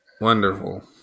Wonderful